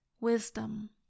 wisdom